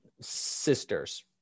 sisters